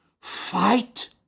fight